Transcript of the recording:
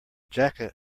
jacket